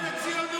הרסתם את הציונות.